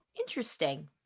interesting